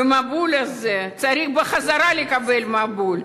והמבול הזה צריך בחזרה לקבל מבול.